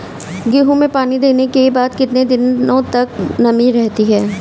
गेहूँ में पानी देने के बाद कितने दिनो तक नमी रहती है?